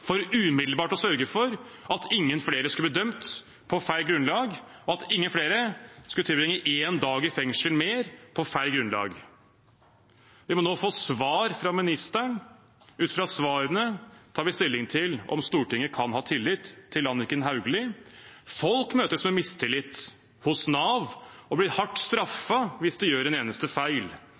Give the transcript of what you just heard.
for umiddelbart å sørge for at ingen flere skulle bli dømt på feil grunnlag, og at ingen flere skulle tilbringe én dag mer i fengsel på feil grunnlag. Vi må nå få svar fra statsråden. Ut fra svarene tar vi stilling til om Stortinget kan ha tillit til Anniken Hauglie. Folk møtes med mistillit hos Nav og blir hardt straffet hvis de gjør en eneste feil.